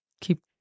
keep